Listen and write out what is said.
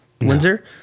Windsor